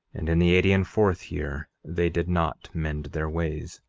and in the eighty and fourth year they did not mend their ways.